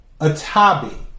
Atabi